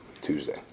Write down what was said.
Tuesday